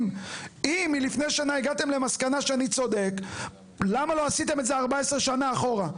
אם לפני שנה הגעתם למסקנה שאני צודק למה לא עשיתם את זה 14 שנה אחורה?